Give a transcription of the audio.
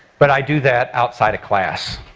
but i do that outside of class,